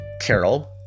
Carol